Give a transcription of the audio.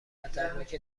خطرناک